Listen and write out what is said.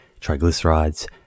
triglycerides